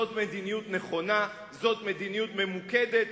זו מדיניות נכונה, זו מדיניות ממוקדת.